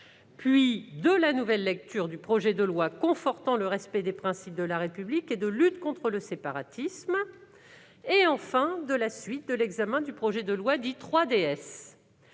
puis de la nouvelle lecture du projet de loi confortant le respect des principes de la République et de lutte contre le séparatisme, et, enfin, de la suite de l'examen du projet de loi dit « 3DS